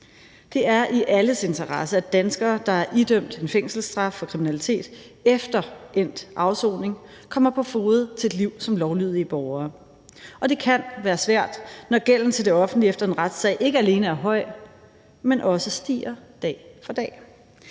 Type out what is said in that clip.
Det er i alles interesse, at danskere, der er idømt en fængselsstraf for kriminalitet, efter endt afsoning kommer på fode og får et liv som lovlydige borgere. Og det kan være svært, når gælden til det offentlige efter en retssag ikke alene er høj, men også stiger dag for dag.